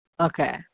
Okay